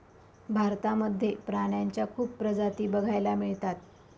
भारतामध्ये प्राण्यांच्या खूप प्रजाती बघायला मिळतात